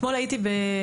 אתמול הייתי בסיור,